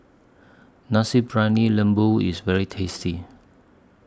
Nasi Briyani Lembu IS very tasty